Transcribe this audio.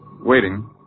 waiting